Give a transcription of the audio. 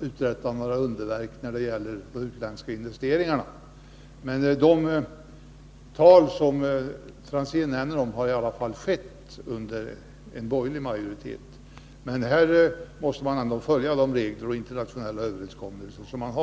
uträtta några underverk när det gäller de utländska investeringarna. De tal enligt 1982 års statistik som Tommy Franzén anger bygger i alla fall på någonting som införts under en borgerlig majoritet. Men här måste man ändå följa de regler och de internationella överenskommelser som finns.